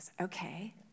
Okay